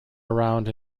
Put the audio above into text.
around